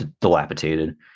dilapidated